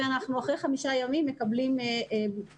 ואנחנו אחרי חמישה ימים מקבלים בדיקות